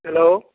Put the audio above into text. hello